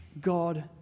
God